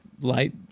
light